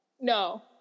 No